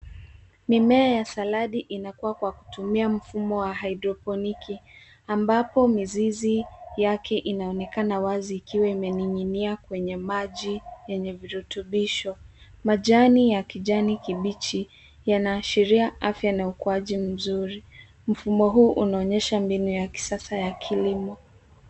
Mimea ya saladi inakua kwa kutumia mfumo wa hidroponiki, ambapo mizizi yake inaonekana wazi ikiwa imening'inia kwenye maji yenye virutubisho. Majani ya kijani kibichi yanaashiria afya na ukuaji mzuri. Mfumo huu unaonyesha mbinu ya kisasa ya kilimo.